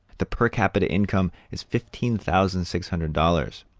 the per capita income is fifteen thousand six hundred dollars.